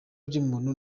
by’umuntu